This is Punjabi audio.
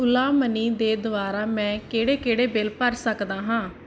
ਓਲਾ ਮਨੀ ਦੇ ਦੁਆਰਾ ਮੈਂ ਕਿਹੜੇ ਕਿਹੜੇ ਬਿੱਲ ਭਰ ਸੱਕਦਾ ਹਾਂ